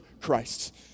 Christ